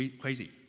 crazy